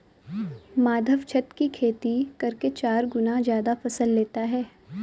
माधव छत की खेती करके चार गुना ज्यादा फसल लेता है